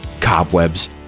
cobwebs